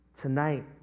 Tonight